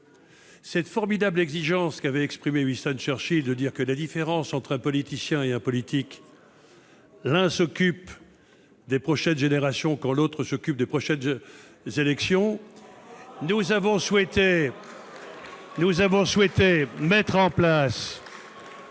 de la formidable exigence qu'avait exprimée Winston Churchill- la différence entre un politicien et un politique, c'est que, quand l'un s'occupe des prochaines générations, l'autre s'occupe de prochaines élections -, nous avons souhaité mettre en place